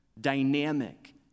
dynamic